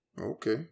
Okay